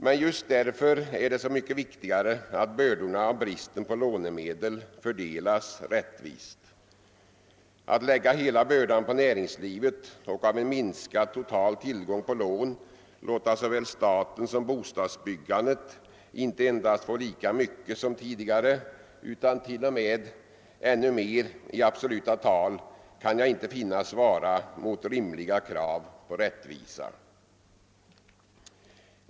Men just därför är det så mycket viktigare att bördorna av bristen på lånemedel fördelas rättvist. Att lägga hela bördan på näringslivet och av en minskad total tillgång på lån låta såväl staten som bostadsbyggandet inte endast få lika mycket som tidigare utan t.o.m. ännu mer i absoluta tal kan jag inte finna svara mot rimliga krav på rättvisa.